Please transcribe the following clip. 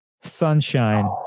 Sunshine